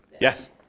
Yes